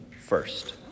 first